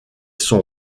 son